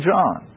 John